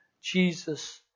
Jesus